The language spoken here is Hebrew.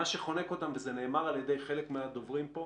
מה שחונק אותם וזה נאמר על ידי חלק מהדוברים כאן